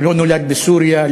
הוא לא נולד בסוריה,